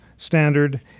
standard